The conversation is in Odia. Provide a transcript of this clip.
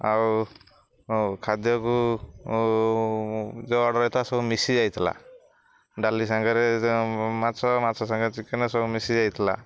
ଆଉ ଖାଦ୍ୟକୁ ଯେଉଁ ଅର୍ଡ଼ର ହେଇଥିଲା ସବୁ ମିଶିଯାଇଥିଲା ଡାଲି ସାଙ୍ଗରେ ମାଛ ମାଛ ସାଙ୍ଗେ ଚିକେନ ସବୁ ମିଶିଯାଇଥିଲା